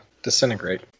Disintegrate